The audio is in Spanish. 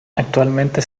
actualmente